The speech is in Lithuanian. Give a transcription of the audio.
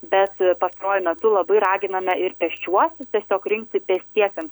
bet pastaruoju metu labai raginame ir pėsčiuosius tiesiog rinkti pėstiesiems